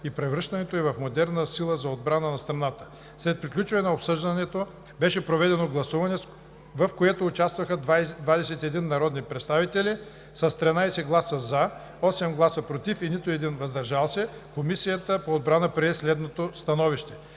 и превръщането ѝ в модерна сила за отбраната на страната. След приключването на обсъждането беше проведено гласуване, в което участваха 21 народни представители. С 13 гласа „за“, 8 гласа „против“ и нито един „въздържал се“, Комисията по отбрана прие следното становище: